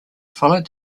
followed